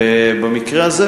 במקרה הזה,